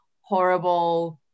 horrible